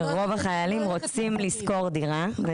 שרוב החיילים רוצים לשכור דירה.